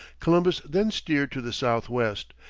columbus then steered to the south-west,